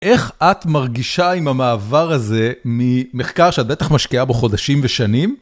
איך את מרגישה עם המעבר הזה ממחקר שאת בטח משקיעה בו חודשים ושנים?